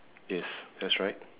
yes that's right